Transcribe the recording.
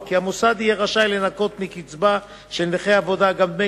כי המוסד יהיה רשאי לנכות מקצבה של נכה עבודה גם דמי